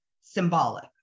symbolic